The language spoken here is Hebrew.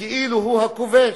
כאילו הוא הכובש.